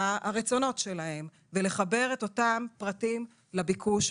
מה הרצונות שלהם, ולחבר את אותם פרטים לביקוש.